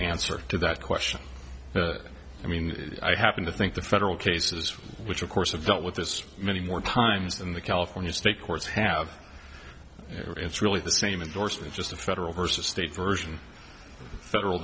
answer to that question i mean i happen to think the federal cases which of course of dealt with this many more times than the california state courts have it's really the same indorsement just a federal versus state version of federal